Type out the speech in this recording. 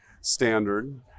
standard